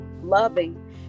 loving